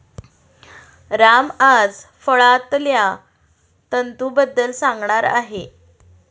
राम आज फळांतल्या तंतूंबद्दल सांगणार आहे